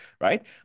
right